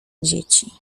dzieci